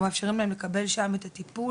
אנחנו מאפשרים להם לקבל שם את הטיפול,